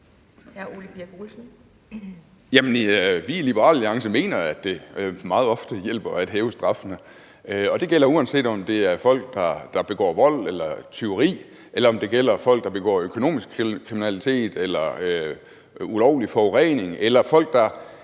vi i Liberal Alliance mener, at det meget ofte hjælper at hæve straffene, og det gælder, uanset om det er folk, der begår vold eller tyveri, eller om det er folk, der begår økonomisk kriminalitet eller ulovlig forurening, eller folk, der